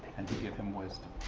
and to give him wisdom.